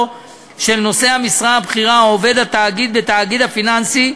של נושא המשרה הבכירה או עובד התאגיד בתאגיד הפיננסי,